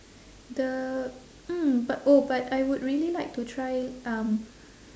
the mm but oh but I would really like to try um